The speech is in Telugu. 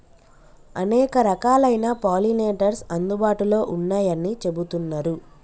అనేక రకాలైన పాలినేటర్స్ అందుబాటులో ఉన్నయ్యని చెబుతున్నరు